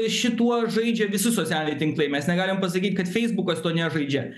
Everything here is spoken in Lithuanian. šituo žaidžia visi socialiniai tinklai mes negalim pasakyt kad feisbukas to nežaidžia